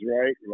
right